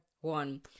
one